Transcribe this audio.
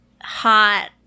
hot